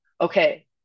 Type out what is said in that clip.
okay